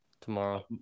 tomorrow